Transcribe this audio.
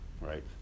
right